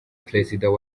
president